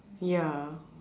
ya